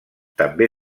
també